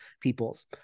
peoples